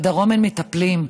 בדרום הם מטפלים.